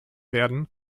werden